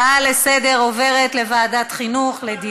ההצעה לסדר-היום עוברת לדיון בוועדת החינוך.